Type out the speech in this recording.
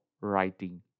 writing